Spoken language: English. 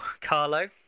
Carlo